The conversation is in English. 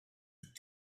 with